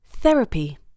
Therapy